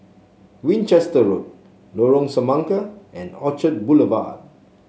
Winchester Road Lorong Semangka and Orchard Boulevard